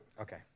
Okay